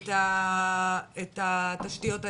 את התשתיות האלה?